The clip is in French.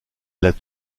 l’as